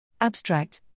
Abstract